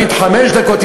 נגיד חמש דקות,